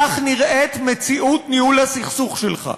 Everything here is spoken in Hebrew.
כך נראית מציאות ניהול הסכסוך שלך,